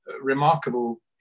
remarkable